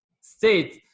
state